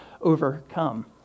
overcome